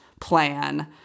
plan